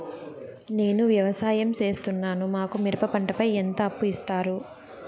నేను వ్యవసాయం సేస్తున్నాను, మాకు మిరప పంటపై ఎంత అప్పు ఇస్తారు